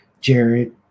Jared